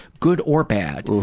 good or bad.